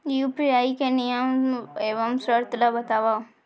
UPI के नियम एवं शर्त ला बतावव